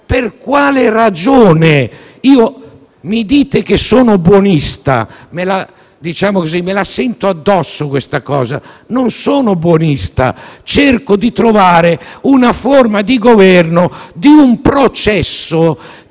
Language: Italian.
Per quale ragione mi dite che sono buonista? Me la sento addosso questa accusa. Non sono buonista: cerco di trovare una forma di governo di un processo